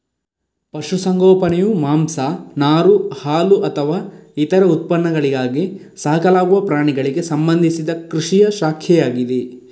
ಪಶು ಸಂಗೋಪನೆಯು ಮಾಂಸ, ನಾರು, ಹಾಲುಅಥವಾ ಇತರ ಉತ್ಪನ್ನಗಳಿಗಾಗಿ ಸಾಕಲಾಗುವ ಪ್ರಾಣಿಗಳಿಗೆ ಸಂಬಂಧಿಸಿದ ಕೃಷಿಯ ಶಾಖೆಯಾಗಿದೆ